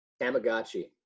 Tamagotchi